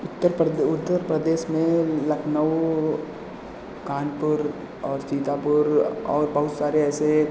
उत्तर पर्दे उत्तर प्रदेश में लखनऊ कानपुर और सीतापुर और बहुत सारे ऐसे